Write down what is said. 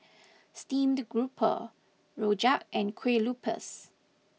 Steamed Grouper Rojak and Kuih Lopes